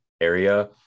area